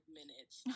minutes